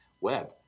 web